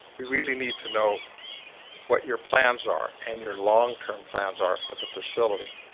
we really need to know what your plans are and your long-term plans are for the facility